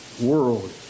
world